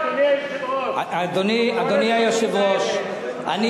בוועדה, אדוני היושב-ראש.